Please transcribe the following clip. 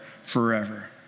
forever